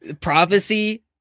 Prophecy